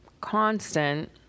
constant